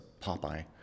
Popeye